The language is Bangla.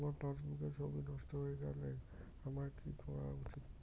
আমার পাসবুকের ছবি নষ্ট হয়ে গেলে আমার কী করা উচিৎ?